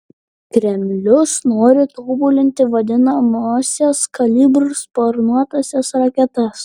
kremlius nori tobulinti vadinamąsias kalibr sparnuotąsias raketas